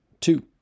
Two